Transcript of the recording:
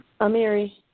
Amiri